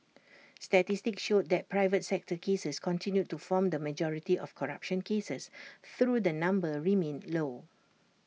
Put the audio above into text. statistics showed that private sector cases continued to form the majority of corruption cases through the number remained low